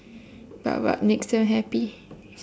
but what makes them happy